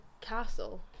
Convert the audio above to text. castle